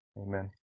Amen